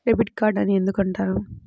Debit card అని ఎందుకు అంటారు?